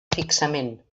fixament